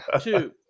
two